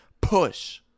push